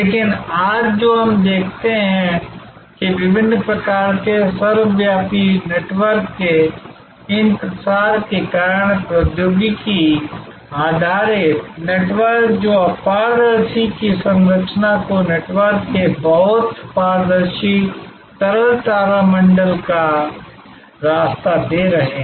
लेकिन आज जो हम देखते हैं कि विभिन्न प्रकार के सर्वव्यापी नेटवर्क के इन प्रसार के कारण प्रौद्योगिकी आधारित नेटवर्क जो अपारदर्शी की संरचना को नेटवर्क के बहुत पारदर्शी तरल तारामंडल का रास्ता दे रहे हैं